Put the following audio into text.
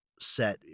set